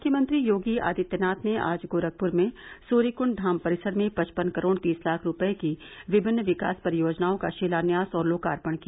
मुख्यमंत्री योगी आदित्यनाथ ने आज गोरखपुर में सूर्यकृण्ड धाम परिसर में पचपन करोड़ तीस लाख रूपये की विभिन्न विकास परियोजनाओं का शिलान्यास और लोकार्पण किया